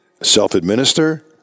Self-administer